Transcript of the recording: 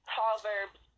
Proverbs